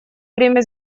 время